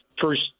First